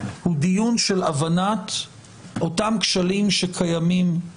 הוא דיון של הבנת אותם כשלים שקיימים